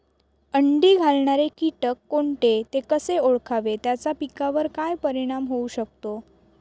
अंडी घालणारे किटक कोणते, ते कसे ओळखावे त्याचा पिकावर काय परिणाम होऊ शकतो?